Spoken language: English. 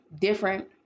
different